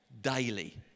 daily